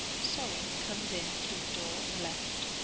sorin comes in through the door on the left,